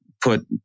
put